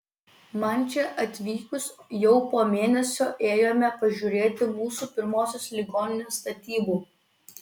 man čia atvykus jau po mėnesio ėjome pažiūrėti mūsų pirmosios ligoninės statybų